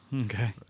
Okay